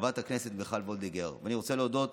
חברת הכנסת מיכל וולדיגר, ואני רוצה להודות